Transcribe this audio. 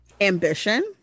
Ambition